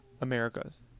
America's